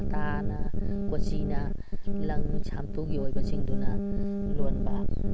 ꯀꯇꯥꯅ ꯀꯣꯆꯤꯅ ꯂꯪ ꯁꯥꯝꯇꯨꯒꯤ ꯑꯣꯏꯕꯁꯤꯡꯗꯨꯅ ꯂꯣꯟꯕ